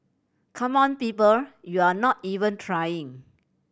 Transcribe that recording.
come on people you're not even trying